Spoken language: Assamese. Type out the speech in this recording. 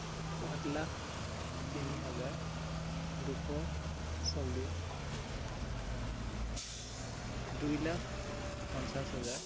সাত লাখ তিনি হাজাৰ দুশ চল্লিছ দুই লাখ পঞ্চাছ হাজাৰ